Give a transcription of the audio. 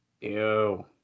Ew